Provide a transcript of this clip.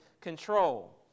control